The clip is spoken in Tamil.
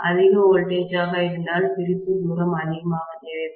அதிக வோல்டேஜ் ஆக இருந்தால் பிரிப்பு தூரம் அதிகமாக தேவைப்படும்